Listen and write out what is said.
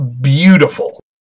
beautiful